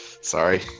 sorry